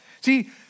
See